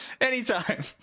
anytime